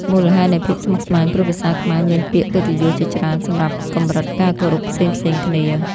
មូលហេតុនៃភាពស្មុគស្មាញ ព្រោះភាសាខ្មែរមានពាក្យកិត្តិយសជាច្រើនសម្រាប់កម្រិតការគោរពផ្សេងៗគ្នា។